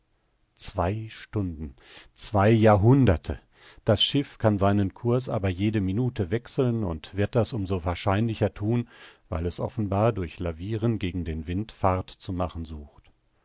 zwei stunden zwei jahrhunderte das schiff kann seinen cours aber jede minute wechseln und wird das um so wahrscheinlicher thun weil es offenbar durch laviren gegen den wind fahrt zu machen sucht